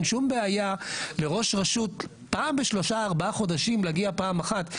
אין שום בעיה לראש רשות פעם בשלושה-ארבעה חודשים להגיע פעם אחת,